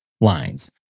lines